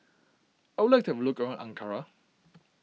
I would like to have a look around Ankara